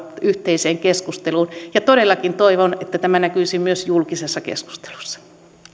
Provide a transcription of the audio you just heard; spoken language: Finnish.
yhteiseen keskusteluun ja todellakin toivon että tämä näkyisi myös julkisessa keskustelussa